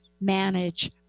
manage